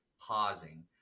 pausing